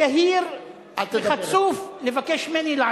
זה יהיר וחצוף לבקש ממני,